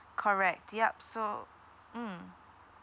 correct yup so mm